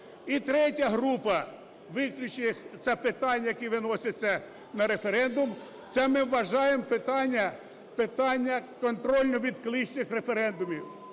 І третя група виключних питань, які виносяться на референдум, це ми вважаємо питання контрольно-відкличних референдумів.